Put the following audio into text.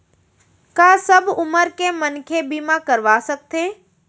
का सब उमर के मनखे बीमा करवा सकथे?